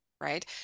right